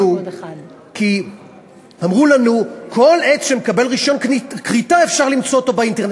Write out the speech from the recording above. כי אמרו לנו: כל עץ שמקבל רישיון כריתה אפשר למצוא אותו באינטרנט.